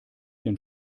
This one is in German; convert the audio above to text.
den